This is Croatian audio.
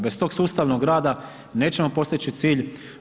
Bez tog sustavnog rada nećemo postići cilj.